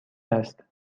است